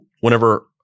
whenever